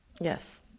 Yes